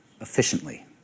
efficiently